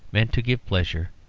meant to give pleasure,